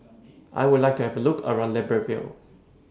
I Would like to Have A Look around Libreville